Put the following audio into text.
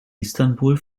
istanbul